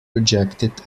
rejected